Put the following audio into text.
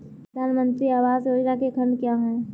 प्रधानमंत्री आवास योजना के खंड क्या हैं?